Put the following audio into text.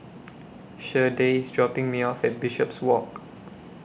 Shardae IS dropping Me off At Bishopswalk